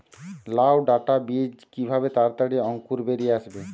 লাউ ডাটা বীজ কিভাবে তাড়াতাড়ি অঙ্কুর বেরিয়ে আসবে?